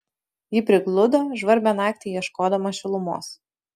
ji prigludo žvarbią naktį ieškodama šilumos